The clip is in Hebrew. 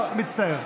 מצטער.